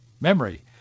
memory